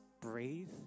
breathe